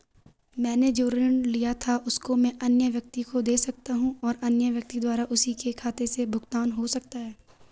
मैंने जो ऋण लिया था उसको मैं अन्य व्यक्ति को दें सकता हूँ और अन्य व्यक्ति द्वारा उसी के खाते से भुगतान हो सकता है?